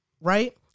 Right